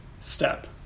step